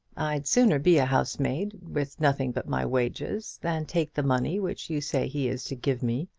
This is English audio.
i'd sooner be a housemaid, with nothing but my wages, than take the money which you say he is to give me.